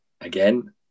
Again